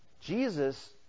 Jesus